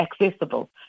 accessible